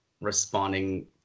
responding